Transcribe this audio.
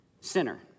Sinner